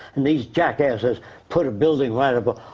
and these jackasses put a building right above.